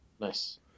Nice